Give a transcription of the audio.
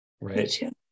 right